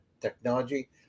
technology